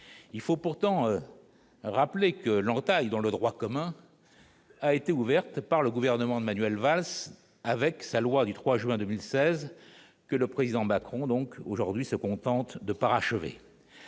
il faut pourtant rappeler que l'entaille dans le droit commun a été ouverte par le gouvernement de Manuel Valls avec sa loi du 3 juin 2016, que le président Macron donc aujourd'hui se contente de parachever